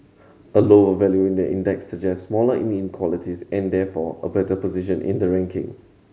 a lower value in the index suggests smaller inequalities and therefore a better position in the ranking